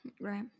Right